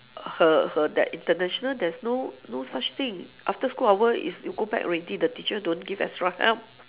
her her that international there's no no such thing after school hour is you go back already the teacher don't give extra help